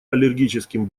аллергическим